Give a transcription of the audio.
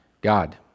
God